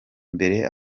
mbere